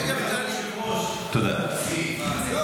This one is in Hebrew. נגב-גליל, טוב, אדוני היושב-ראש.